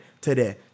Today